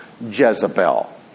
Jezebel